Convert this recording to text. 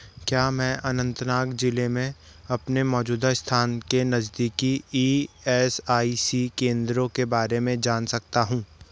क्या मैं अनंतनाग जिले में अपने मौजूदा स्थान के नज़दीकी ई एस आई सी केंद्रो के बारे में जान सकता हूँ